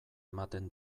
ematen